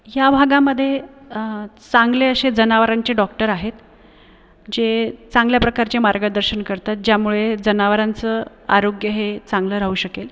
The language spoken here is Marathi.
ह्या भागामध्ये चांगले असे जनावरांचे डॉक्टर आहेत जे चांगल्या प्रकारचे मार्गदर्शन करतात ज्यामुळे जनावरांचं आरोग्य हे चांगलं राहू शकेल